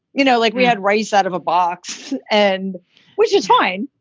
you know, like we had rice out of a box and which is fine.